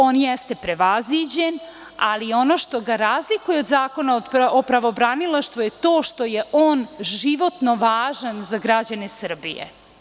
On jeste prevaziđen, ali ono što ga razlikuje od Zakona o pravobranilaštvu je to što je on životno važan za građane Srbije.